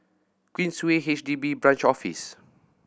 Queensway H D B Branch Office